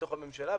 בתוך הממשלה.